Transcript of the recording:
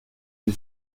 une